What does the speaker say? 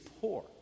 poor